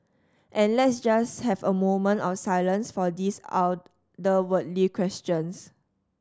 and let's just have a moment of silence for these otherworldly questions